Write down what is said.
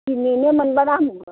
दिनैनो मोनबानो हामगौमोन